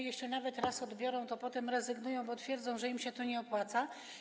Jeśli nawet raz odbiorą, to potem rezygnują, bo twierdzą, że im się to nie opłaca.